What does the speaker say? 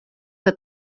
que